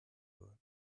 unsere